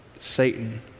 Satan